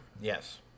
Yes